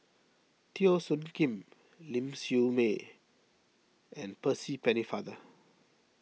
Teo Soon Kim Ling Siew May and Percy Pennefather